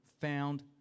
found